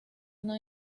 una